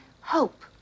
hope